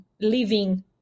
living